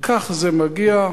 כך זה מגיע.